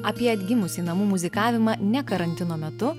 apie atgimusį namų muzikavimą ne karantino metu